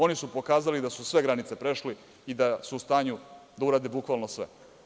Oni su pokazali da su sve granice prešli i da su u stanju da urade bukvalno sve.